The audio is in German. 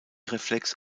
reflex